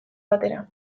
batera